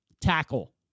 tackle